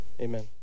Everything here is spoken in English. Amen